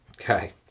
Okay